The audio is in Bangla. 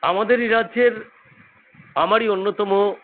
আমাদের এই রাজ্যের আমারই অন্যতম